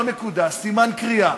לא נקודה, סימן קריאה,